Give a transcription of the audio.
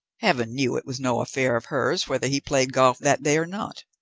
heaven knew it was no affair of hers whether he played golf that day or not!